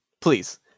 please